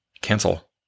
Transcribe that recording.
cancel